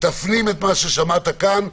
תפנים את מה ששמעתם כאן,